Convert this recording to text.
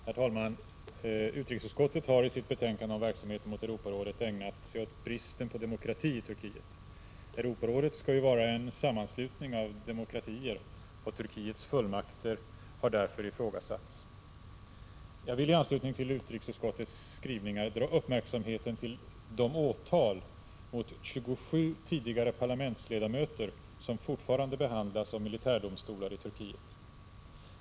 Herr talman! Utrikesutskottet har i sitt betänkande om verksamheten inom Europarådet ägnat sig åt bristen på demokrati i Turkiet. Europarådet skall ju vara en sammanslutning av demokratier, och Turkiets fullmakter har därför ifrågasatts. Jag vill i anslutning till utrikesutskottets skrivningar dra uppmärksamheten till de åtal mot 27 tidigare parlamentsledamöter som fortfarande behandlas av militärdomstolar i Turkiet.